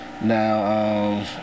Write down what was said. now